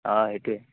অ' সেইটোৱে